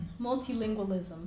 Multilingualism